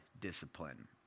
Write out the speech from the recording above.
discipline